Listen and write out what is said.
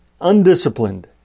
undisciplined